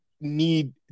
need